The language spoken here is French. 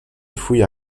fouille